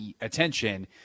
attention